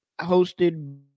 hosted